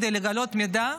כדי לגלות את המידע.